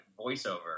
voiceover